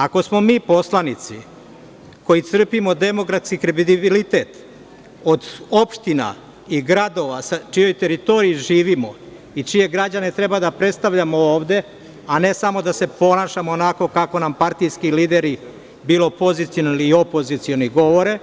Ako smo mi poslanici, koji crpimo demografski kredibilitet od opština i gradova na čijoj teritoriji živimo i čije građane treba da predstavljamo ovde, a ne samo da se ponašamo onako kako nam partijski lideri, bilo pozicioni ili opozicioni govore,